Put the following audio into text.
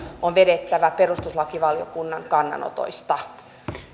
on vedettävä perustuslakivaliokunnan kannanotoista